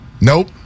nope